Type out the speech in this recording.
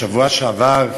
בשבוע שעבר,